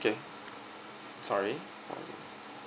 K sorry